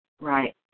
Right